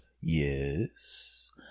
Yes